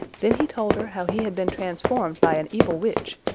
then he told her how he had been transformed by an evil witch,